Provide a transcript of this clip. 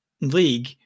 league